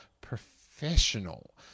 professional